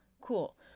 cool